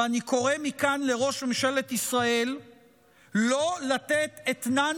ואני קורא מכאן לראש ממשלת ישראל לא לתת אתנן